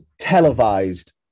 televised